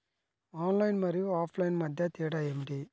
Online మరియు offline మధ్య తేడా ఏమిటీ?